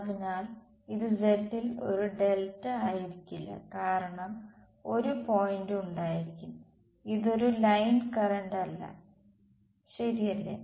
അതിനാൽ ഇത് z ൽ ഒരു ഡെൽറ്റ ആയിരിക്കില്ല കാരണം ഒരു പോയിന്റ് ഉണ്ടായിരിക്കും ഇത് ഒരു ലൈൻ കറന്റ് അല്ല ശരിയല്ലേ